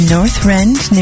Northrend